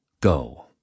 Go